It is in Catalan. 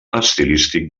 estilístic